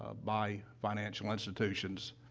ah by financial institutions,